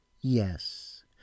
Yes